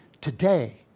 today